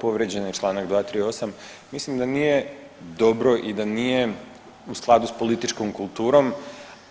Povrijeđen je čl. 238., mislim da nije dobro i da nije u skladu s političkom kulturom